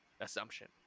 assumption